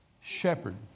shepherd